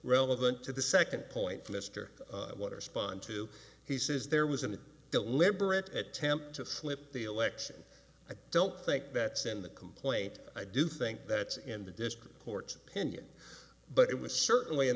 relevant to the second point for mr what are spun to he says there was a deliberate attempt to slip the election i don't think that's in the complaint i do think that's in the district court's opinion but it was certainly in